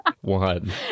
one